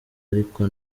ariko